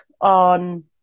on